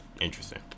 Interesting